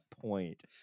point